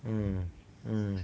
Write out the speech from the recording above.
mm mm